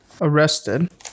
arrested